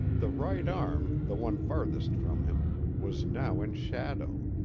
the right arm the one farthest from him was now in shadow.